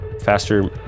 faster